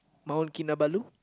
Mount-Kinabalu